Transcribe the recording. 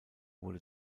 wurde